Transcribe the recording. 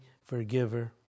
forgiver